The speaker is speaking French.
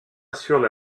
assurent